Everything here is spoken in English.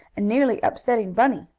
and nearly upsetting bunny.